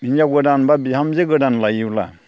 हिनजाव गोदान एबा बिहामजो गोदान लायोब्ला